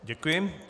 Děkuji.